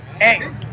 Hey